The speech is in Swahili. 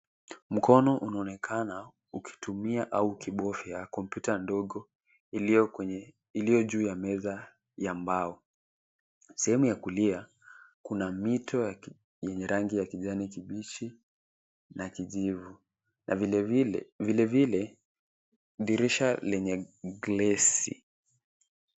Mkono unaonekana ukitumia au ukibofya kompyuta ndogo iliyo juu ya meza ya mbao , sehemu ya kulia mito yenye rangi ya kijani kibichi na kijivu na vilevile, dirisha lenye glesi.